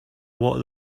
what